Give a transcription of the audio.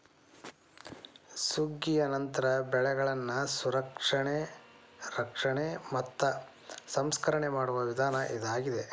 ಸುಗ್ಗಿಯ ನಂತರ ಬೆಳೆಗಳನ್ನಾ ಸಂರಕ್ಷಣೆ, ರಕ್ಷಣೆ ಮತ್ತ ಸಂಸ್ಕರಣೆ ಮಾಡುವ ವಿಧಾನ ಇದಾಗಿದೆ